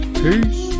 peace